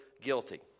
guilty